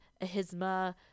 AHISMA